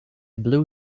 blue